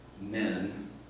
men